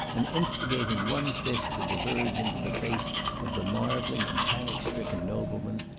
and instigating one fist to diverge into the face of the marvelling and panic-stricken nobleman,